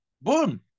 boom